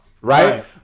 Right